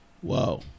whoa